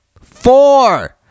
four